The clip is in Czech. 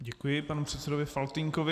Děkuji panu předsedovi Faltýnkovi.